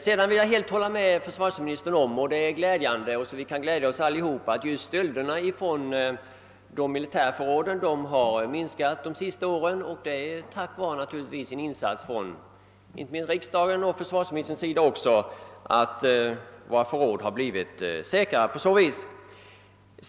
Sedan vill jag helt hålla med försvarsministern om att det är glädjande — vi kan glädja oss allesammans — att stölderna från de militära förråden har minskat under de senaste åren, naturligtvis tack vare insatser av riksdagen och av försvarsministern.